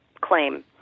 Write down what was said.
claim